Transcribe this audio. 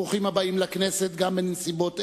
ברוכים הבאים לכנסת, גם בנסיבות אלה.